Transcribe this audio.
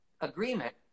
agreement